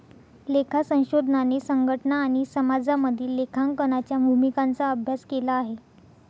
लेखा संशोधनाने संघटना आणि समाजामधील लेखांकनाच्या भूमिकांचा अभ्यास केला आहे